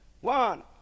One